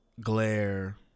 glare